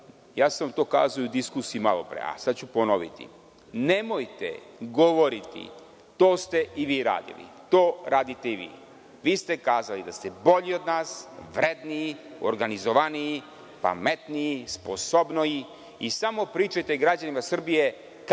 To sam vam i malopre kazao u diskusiji, a sada ću ponoviti. Nemojte govoriti – to ste i vi radili, to radite i vi. Vi ste kazali da ste bolji od nas, vredniji, organizovaniji, pametniji, sposobniji i samo pričajte građanima Srbije